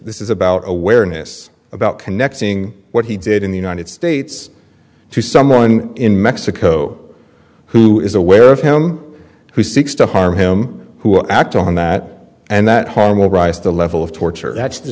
this is about awareness about connecting what he did in the united states to someone in mexico who is aware of him who seeks to harm him who act on that and that harm will rise to a level of torture that's the